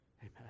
Amen